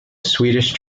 swedish